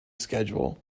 schedule